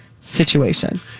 situation